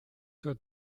zur